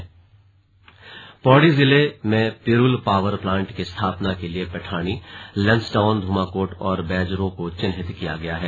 slug पिरूल power plant Pauri जिले में पिरूल पावर प्लांट की स्थापना के लिए पैठाणी लैंसडाउन धूमाकोट और बैजरों को चिहिन्त किया गया है